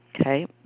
Okay